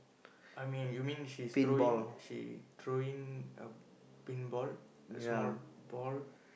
I mean you mean she's throwing she throwing a pinball a small ball